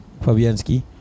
Fabianski